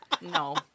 No